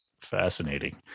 Fascinating